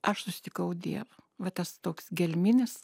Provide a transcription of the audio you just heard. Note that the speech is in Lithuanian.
aš susitikau dievą va tas toks gelminis